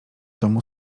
domu